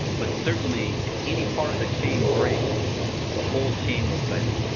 but certainly, if any part of the chain breaks the whole chain will fail.